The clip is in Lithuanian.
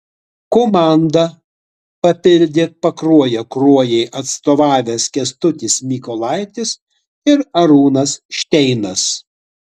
komanda papildė pakruojo kruojai atstovavę kęstutis mykolaitis ir arūnas šteinas